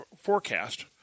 forecast